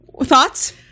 thoughts